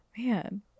Man